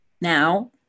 Now